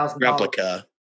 replica